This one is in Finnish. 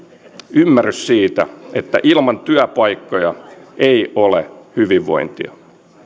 ymmärrys siitä että ilman työpaikkoja ei ole hyvinvointia